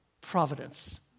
providence